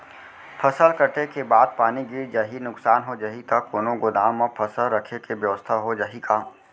फसल कटे के बाद पानी गिर जाही, नुकसान हो जाही त कोनो गोदाम म फसल रखे के बेवस्था हो जाही का?